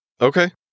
Okay